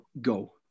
go